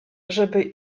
żeby